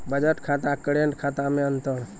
बचत खाता करेंट खाता मे अंतर?